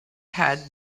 had